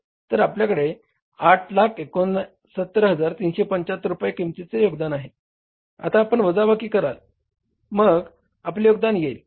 तर आपल्याकडे 869375 रुपये किमतीचे योगदान आहे आता आपण वजाबाकी कराल मग आपले योगदान येईल